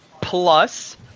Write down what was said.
plus